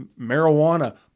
marijuana